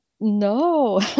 No